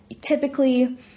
Typically